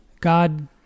God